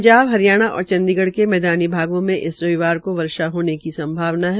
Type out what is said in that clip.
पंजाब हरियाणा और चंडीगढ़ के मैदानी भागों में इस रविवार को वर्षा होने की संवाभना है